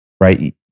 right